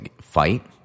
fight